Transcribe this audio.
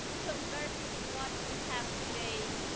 converted in what we have today,